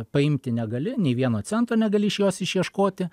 paimti negali nė vieno cento negali iš jos išieškoti